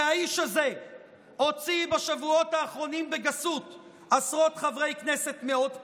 והאיש הזה הוציא בשבועות האחרונים בגסות עשרות חברי כנסת מאות פעמים.